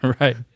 Right